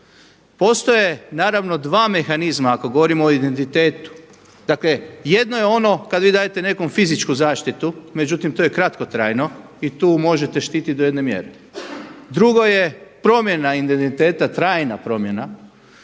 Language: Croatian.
Postoje naravno dva mehanizma ako govorimo o identitetu. Dakle jedno je ono kad vi dajete nekome fizičku zaštitu, međutim to je kratkotrajno i tu možete štititi do jedne mjere. Drugo je promjena identiteta, trajna promjena